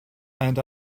and